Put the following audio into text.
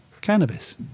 Cannabis